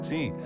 Sim